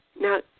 Now